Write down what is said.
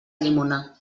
llimona